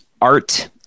art